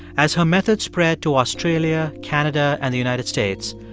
as her methods spread to australia, canada and the united states,